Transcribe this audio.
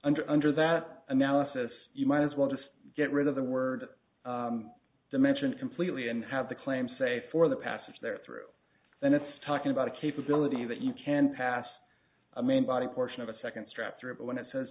under under that analysis you might as well just get rid of the word dimension completely and have the claim say for the passage there through then it's talking about a capability that you can pass a main body portion of a second strap through but when it says